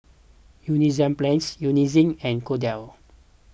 Enzyplex Eucerin and Kordel's